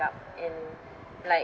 up and like